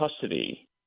custody